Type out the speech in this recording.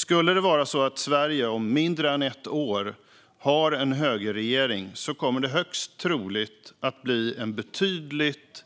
Skulle det vara så att Sverige om mindre än ett år har en högerregering kommer det högst troligt att bli en betydligt